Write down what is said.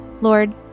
lord